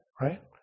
right